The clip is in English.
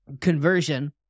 conversion